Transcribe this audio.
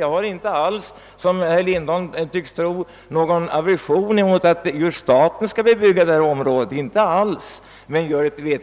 Jag har inte alls, såsom herr Lindholm tycks tro, någon aversion mot att staten skall bebygga detta område, men det bör i så